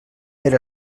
per